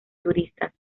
turistas